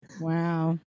Wow